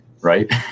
right